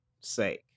sake